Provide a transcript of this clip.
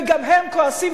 וגם הם כועסים,